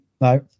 no